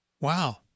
Wow